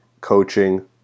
coaching